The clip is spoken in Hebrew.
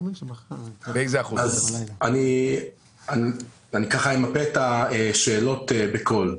אני אמפה את השאלות בקול.